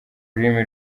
rurimi